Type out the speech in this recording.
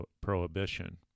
prohibition